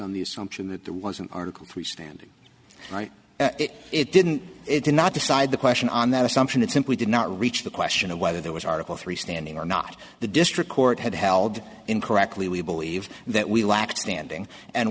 on the assumption that there was an article three standing right it didn't it did not decide the question on that assumption it simply did not reach the question of whether there was article three standing or not the district court had held incorrectly we believe that we lacked standing and